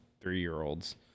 three-year-olds